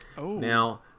Now